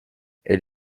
elle